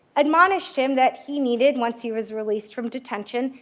admonished him that he needed, once he was released from detention,